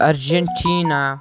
Argentina